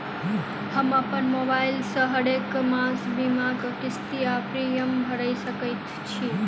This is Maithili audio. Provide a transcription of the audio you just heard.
हम अप्पन मोबाइल सँ हरेक मास बीमाक किस्त वा प्रिमियम भैर सकैत छी?